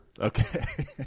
Okay